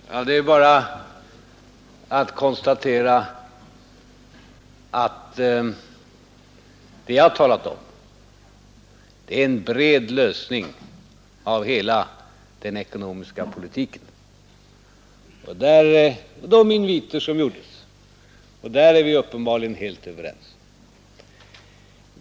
Herr talman! Det är bara att konstatera att vi i de inviter som gjordes har talat om en bred lösning av hela den ekonomiska politiken. Där är vi uppenbarligen helt överens.